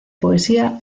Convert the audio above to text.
poesía